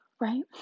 right